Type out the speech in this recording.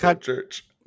church